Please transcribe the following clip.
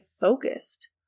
focused